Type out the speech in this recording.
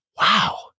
Wow